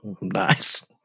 Nice